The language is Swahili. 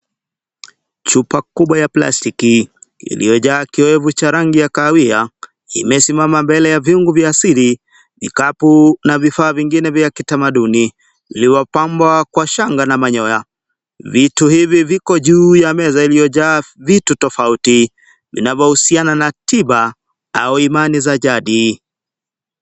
Chupa kubwa ya plastiki iliyojaa kiwevu cha rangi ya kahawia imesimama mbele ya viungo vya asili, vikapu na vifaa vingine vya kitamaduni iliyopambwa kwa shanga na manyoya. Vitu hivi viko juu ya meza iliyojaa vitu tofauti vinavyohusiana na tiba au imani za jadi.